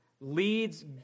leads